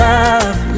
Love